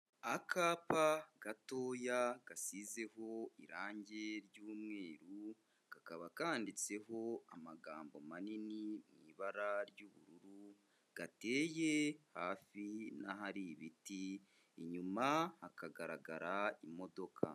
Akapa gatoya gasizeho irangi ry'umweru, kakaba kanditseho amagambo manini mu ibara ry'ubururu, gateye hafi n'ahari ibiti inyuma hakagaragara imodoka.